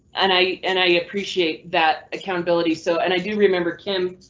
and i and i appreciate that accountability so. and i do remember kim.